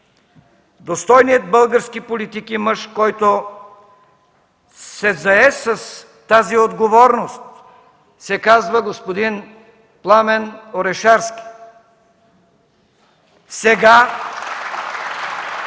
Достойният български политик и мъж, който се зае с тази отговорност, се казва господин Пламен Орешарски.